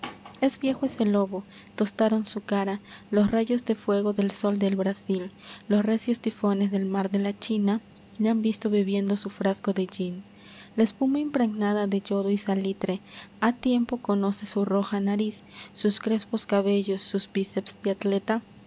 es viejo ese lobo tostaron su cara los rayos de fuego del sol del brasil los recios tifones del mar de la china le han visto bebiendo su frasco de gin la espuma impregnada de yodo y salitre ha tiempo conoce su roja nariz sus crespos cabellos sus biceps de atleta